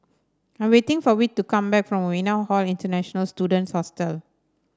I'm waiting for Whit to come back from Novena Hall International Students Hostel